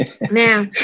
Now